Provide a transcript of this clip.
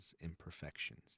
imperfections